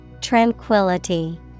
tranquility